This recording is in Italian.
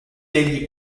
degli